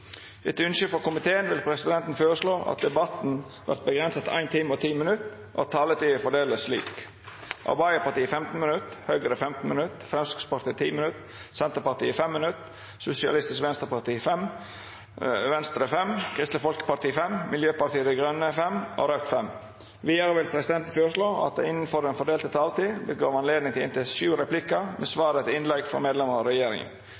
Etter ynske frå utanriks- og forsvarskomiteen vil presidenten føreslå at debatten vert avgrensa til 1 time og 10 minutt, og at taletida vert fordelt slik: Arbeidarpartiet 15 minutt, Høgre 15 minutt, Framstegspartiet 10 minutt, Senterpartiet 5 minutt, Sosialistisk Venstreparti 5 minutt, Venstre 5 minutt, Kristeleg Folkeparti 5 minutt, Miljøpartiet Dei Grøne 5 minutt og Raudt 5 minutt. Vidare vil presidenten føreslå at det – innanfor den fordelte taletida – vert gjeve anledning til inntil sju replikkar med svar etter innlegg frå medlemer av regjeringa.